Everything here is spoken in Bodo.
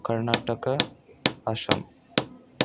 करनातक आसाम